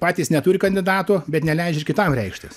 patys neturi kandidato bet neleidžia ir kitam reikštis